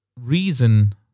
reason